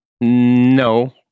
No